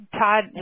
Todd